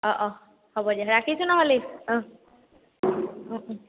অঁ অঁ হ'ব দিয়া ৰাখিছোঁ নহ'লে অঁ